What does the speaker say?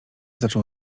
zaczął